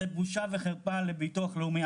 זה בושה וחרפה לביטוח הלאומי.